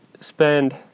spend